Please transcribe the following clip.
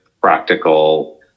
practical